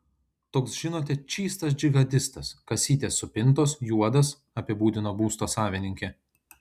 toks žinote čystas džihadistas kasytės supintos juodas apibūdino būsto savininkė